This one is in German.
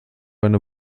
eine